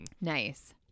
nice